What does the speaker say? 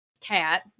cat